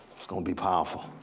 it's going to be powerful.